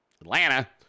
Atlanta